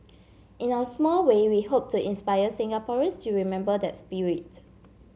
in our small way we hope to inspire Singaporeans to remember that spirit